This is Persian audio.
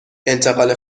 انتقال